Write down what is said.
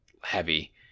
heavy